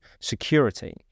security